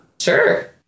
Sure